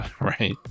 right